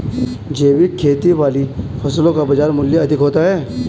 जैविक खेती वाली फसलों का बाजार मूल्य अधिक होता है